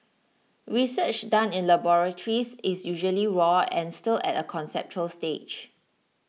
research done in laboratories is usually raw and still at a conceptual stage